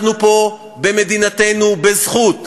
אנחנו פה במדינתנו בזכות,